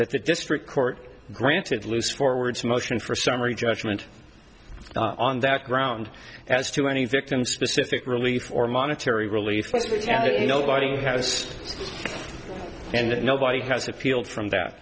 that the district court granted loose forwards motion for summary judgment on that ground as to any victim specific relief or monetary relief nobody has and nobody has a feel from that